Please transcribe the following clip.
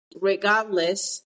Regardless